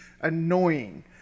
annoying